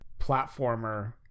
platformer